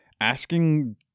asking